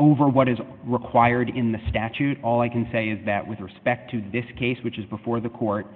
over what is required in the statute all i can say is that with respect to this case which is before the court